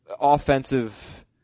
offensive